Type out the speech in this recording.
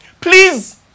please